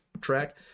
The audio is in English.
track